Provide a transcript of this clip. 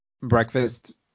breakfast